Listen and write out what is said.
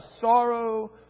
sorrow